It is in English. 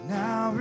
now